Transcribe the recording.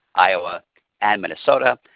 iowa and minnesota.